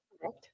Correct